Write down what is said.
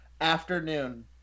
afternoon